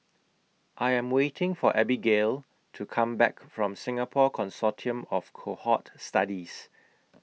I Am waiting For Abigayle to Come Back from Singapore Consortium of Cohort Studies